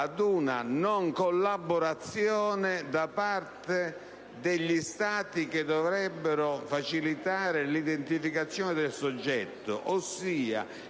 ad una non collaborazione da parte degli Stati che dovrebbero facilitare l'identificazione del soggetto. Ossia,